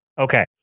Okay